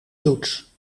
toets